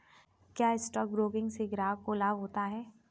क्या stock broking से ग्राहक को लाभ होता है?